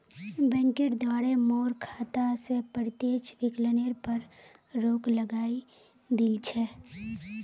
बैंकेर द्वारे मोर खाता स प्रत्यक्ष विकलनेर पर रोक लगइ दिल छ